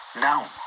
Now